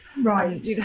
Right